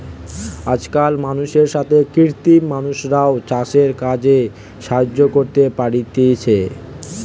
আজকাল মানুষের সাথে কৃত্রিম মানুষরাও চাষের কাজে সাহায্য করতে পারতিছে